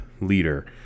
leader